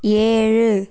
ஏழு